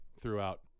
throughout